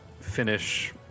finish